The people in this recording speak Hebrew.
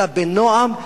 אלא בנועם,